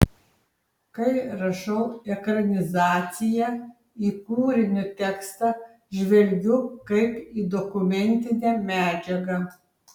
kai rašau ekranizaciją į kūrinio tekstą žvelgiu kaip į dokumentinę medžiagą